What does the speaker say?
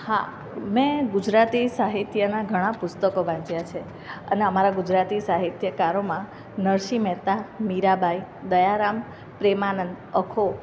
હા મેં ગુજરાતી સાહિત્યનાં ઘણાં પુસ્તકો વાંચ્યાં છે અને અમારા ગુજરાતી સાહિત્યકારોમાં નરસિંહ મહેતા મીરાંબાઈ દયારામ પ્રેમાનંદ અખો